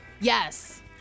Yes